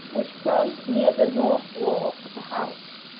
which grows near the north wall of the house,